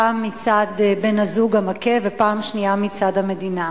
פעם מצד בן-הזוג המכה ופעם שנייה מצד המדינה.